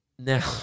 Now